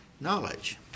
Knowledge